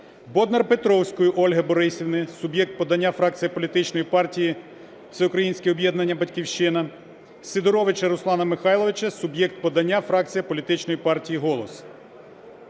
Боднар-Петровської Ольги Борисівни (суб'єкт подання – фракція політичної партії Всеукраїнське об’єднання "Батьківщина"), Сидоровича Руслана Михайловича (суб'єкт подання – фракція політичної партії "Голос").